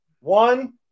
one